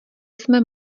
jsme